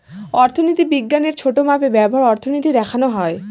অর্থনীতি বিজ্ঞানের ছোটো মাপে ব্যবহার অর্থনীতি দেখানো হয়